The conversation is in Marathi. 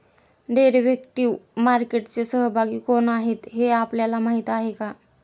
डेरिव्हेटिव्ह मार्केटचे सहभागी कोण आहेत हे आपल्याला माहित आहे का?